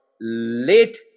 late